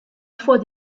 fois